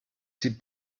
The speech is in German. sieht